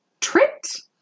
tripped